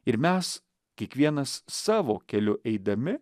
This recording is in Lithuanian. ir mes kiekvienas savo keliu eidami